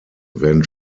werden